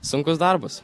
sunkus darbas